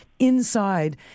Inside